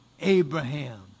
Abraham